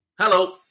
Hello